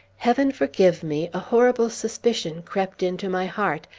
heaven forgive me! a horrible suspicion crept into my heart,